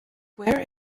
where